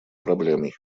проблемой